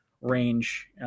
range